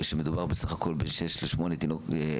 שמדובר בסך הכול בין שישה לשמונה פגים,